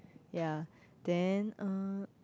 ya then uh